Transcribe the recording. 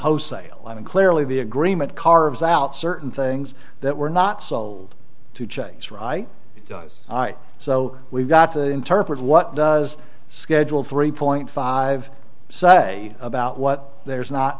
ho sale i mean clearly the agreement carves out certain things that were not sold to chase right does so we've got to interpret what does schedule three point five say about what there's not